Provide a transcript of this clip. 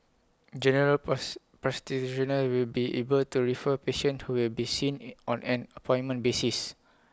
general parts practitioners will be able to refer patients who will be seen A on an appointment basis